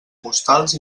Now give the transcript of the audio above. postals